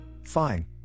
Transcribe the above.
fine